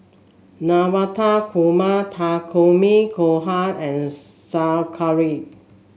Navratan Korma Takikomi Gohan and Sauerkraut